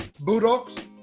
Bulldogs